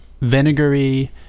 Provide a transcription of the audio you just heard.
vinegary